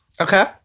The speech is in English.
okay